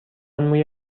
موی